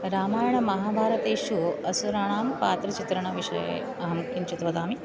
रामायणमहाभारतेषु असुराणां पात्रचित्रणविषये अहं किञ्चित् वदामि